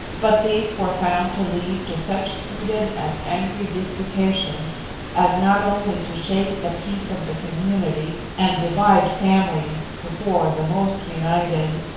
but these were found to lead to such heated and angry disputations as not only to shake the peace of the community and divide families before the most united,